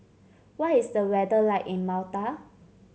what is the weather like in Malta